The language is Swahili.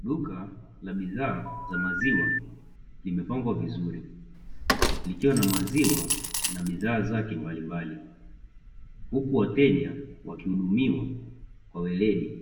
Duka la bidhaa za maziwa limepangwa vizuri, likiwa na maziwa na bidhaa zake mbalimbali. Huku wateja wakihudumiwa kwa weledi